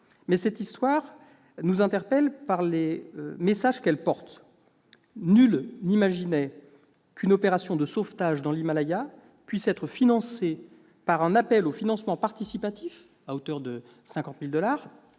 Pakistan. Elle nous interpelle par les messages qu'elle porte. Nul n'imaginait qu'une opération de sauvetage dans l'Himalaya puisse être payée grâce à un appel au financement participatif, à hauteur de 50 000 dollars,